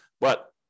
But-